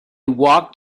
walked